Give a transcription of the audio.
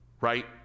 Right